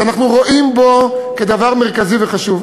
כי אנחנו רואים בו דבר מרכזי וחשוב.